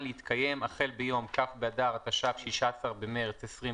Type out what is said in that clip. להתקיים החל ביום כ' באדר התש"ף (16 במרס 2020)